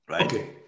Okay